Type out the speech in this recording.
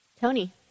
Tony